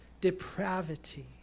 depravity